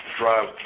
drive